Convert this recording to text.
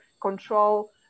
control